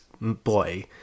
boy